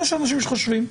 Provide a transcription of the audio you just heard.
יש אנשים שחושבים.